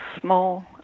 small